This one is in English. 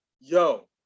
yo